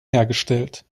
hergestellt